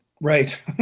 Right